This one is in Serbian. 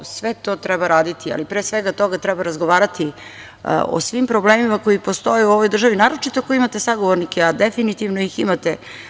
Sve to treba raditi, ali pre svega toga treba razgovarati o svim problemima koji postoje u ovoj državi, naročito ako imate sagovornike, a definitivno ih imate.